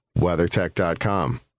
WeatherTech.com